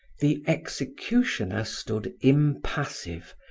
the executioner stood impassive,